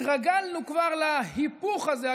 התרגלנו כבר להיפוך הזה.